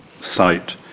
site